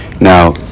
Now